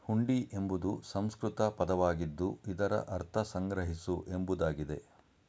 ಹುಂಡಿ ಎಂಬುದು ಸಂಸ್ಕೃತ ಪದವಾಗಿದ್ದು ಇದರ ಅರ್ಥ ಸಂಗ್ರಹಿಸು ಎಂಬುದಾಗಿದೆ